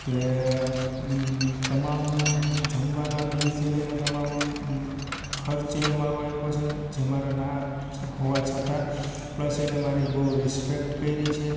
કે તમામ જમવાના બિલથી લઈને તમામ ખર્ચ એને મારો આપ્યો છે જે મારા ના હોવા છતાં પ્લસ એને મારી બહુ રિસ્પેક્ટ કરી છે